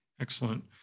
excellent